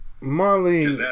Molly